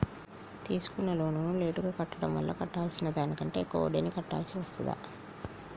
తీసుకున్న లోనును లేటుగా కట్టడం వల్ల కట్టాల్సిన దానికంటే ఎక్కువ వడ్డీని కట్టాల్సి వస్తదా?